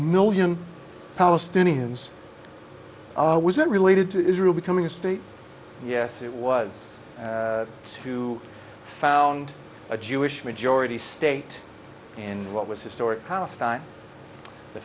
million palestinians was it related to israel becoming a state yes it was to found a jewish majority state in what was historic palestine the